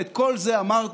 ואת כל זה אמרת,